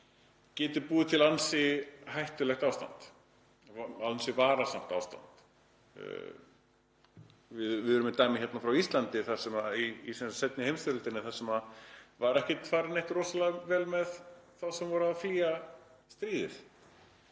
geti búið til ansi hættulegt ástand, ansi varasamt ástand. Við erum með dæmi frá Íslandi í seinni heimsstyrjöldinni þar sem var ekki farið neitt rosalega vel með þá sem voru að flýja stríðið.